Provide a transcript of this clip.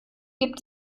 gibt